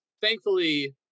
thankfully